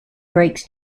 breaks